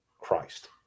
christ